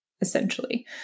essentially